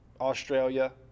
Australia